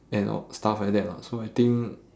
and all stuff like that lah so I think